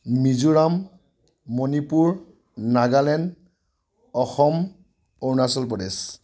Mizoram Manipur Nagaland Assam Arunachal Pradesh